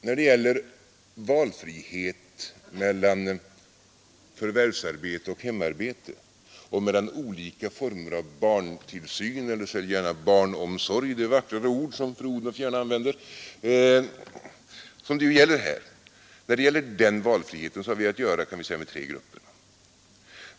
När det gäller valfrihet mellan förvärvsarbete och hemarbete och mellan olika former av barntillsyn — eller säg gärna barnomsorg, det vackrare ord som fru Odhnoff använder — har vi att göra med tre grupper.